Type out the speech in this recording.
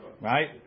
Right